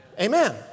Amen